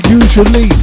usually